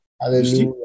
Hallelujah